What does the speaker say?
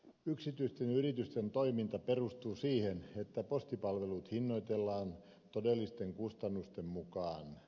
yksityisten yritysten toiminta perustuu siihen että postipalvelut hinnoitellaan todellisten kustannusten mukaan